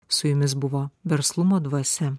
su jumis buvo verslumo dvasia